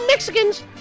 Mexicans